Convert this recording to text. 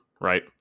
right